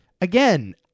again